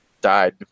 died